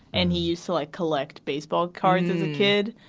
and he used to like collect baseball cards as a kid.